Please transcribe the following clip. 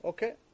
Okay